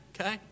okay